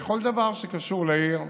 בכל דבר שקשור לעיר,